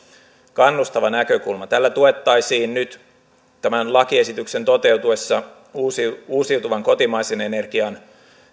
kannustava näkökulma tällä tuettaisiin nyt tämän lakiesityksen toteutuessa uusiutuvan kotimaisen energian